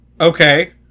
Okay